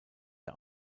der